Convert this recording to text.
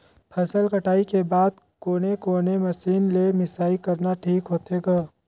फसल कटाई के बाद कोने कोने मशीन ले मिसाई करना ठीक होथे ग?